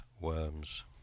worms